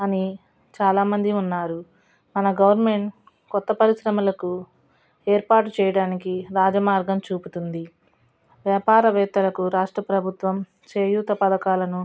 అని చాలామంది ఉన్నారు మన గవర్నమెంట్ కొత్త పరిశ్రమలకు ఏర్పాటు చేయడానికి రాజ మార్గం చూపుతుంది వ్యాపారవేత్తలకు రాష్ట్ర ప్రభుత్వం చేయూత పథకాలను